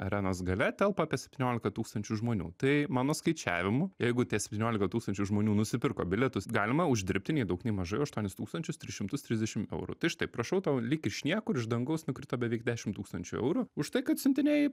arenos gale telpa apie septyniolika tūkstančių žmonių tai mano skaičiavimu jeigu tie septyniolika tūkstančių žmonių nusipirko bilietus galima uždirbti nei daug nei mažai aštuonis tūkstančius tris šimtus trisdešim eurų tai štai prašau tau lyg iš niekur iš dangaus nukrito beveik dešim tūkstančių eurų už tai kad siuntinėjai